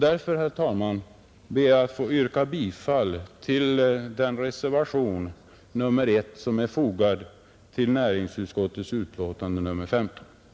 Därför, herr talman, ber jag att få yrka bifall till reservationen 1, som är fogad vid näringsutskottets betänkande nr 15.